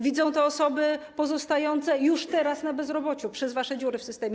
Widzą to osoby pozostające już teraz na bezrobociu przez wasze dziury w systemie.